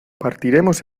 partiremos